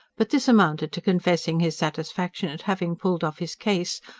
but this amounted to confessing his satisfaction at having pulled off his case,